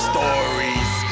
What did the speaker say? Stories